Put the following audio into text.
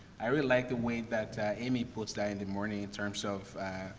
i really like the way that, ah, amy puts that in the morning, in terms of,